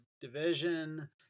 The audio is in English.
division